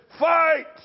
Fight